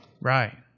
Right